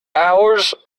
ours